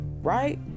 right